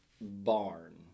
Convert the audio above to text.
barn